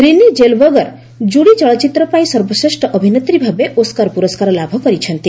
Rini Zellweger 'Judy' ଚଳଚ୍ଚିତ୍ର ପାଇଁ ସର୍ବଶ୍ରେଷ୍ଠ ଅଭିନେତ୍ରୀ ଭାବେ ଓସ୍କାର ପୁରସ୍କାର ଲାଭ କରିଛନ୍ତି